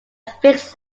fixed